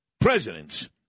presidents